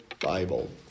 Bible